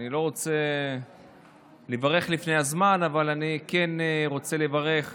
כן נראה גם חקלאות ישראלית טובה יותר וגם נראה שהצדדים,